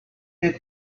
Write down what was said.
did